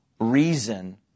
reason